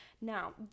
Now